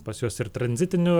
pas juos ir tranzitinių